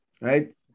right